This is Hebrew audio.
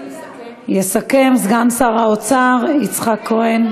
יסכם סגן שר האוצר יצחק כהן,